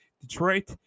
Detroit